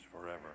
forever